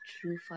true